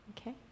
Okay